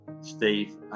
Steve